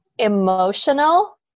emotional